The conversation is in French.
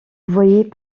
voyait